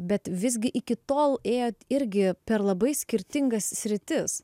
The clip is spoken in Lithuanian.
bet visgi iki tol ėjot irgi per labai skirtingas sritis